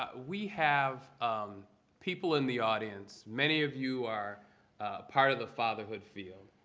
ah we have um people in the audience. many of you are part of the fatherhood field.